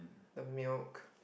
the milk